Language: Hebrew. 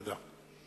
תודה.